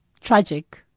tragic